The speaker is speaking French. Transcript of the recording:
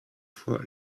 fois